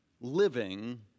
living